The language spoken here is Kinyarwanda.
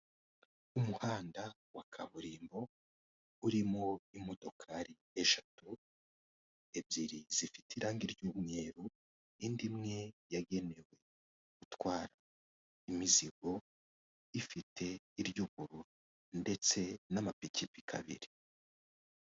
Umuhanda wa kaburimbo urimo imodokari eshatu ebyiri zifite irange ry'umweru, indi imwe yagenewe gutwara imizigo ifite iry'ubururu ndetse n'amapikipiki abiri.